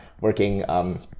working